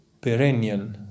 perennial